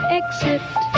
exit